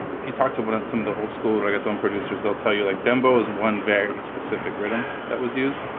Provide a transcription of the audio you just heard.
if you talk to one at some of the old school or get tone producers, they'll tell you like dumbo is one very specific rhythm that was used.